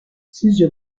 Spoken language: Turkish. sizce